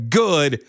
good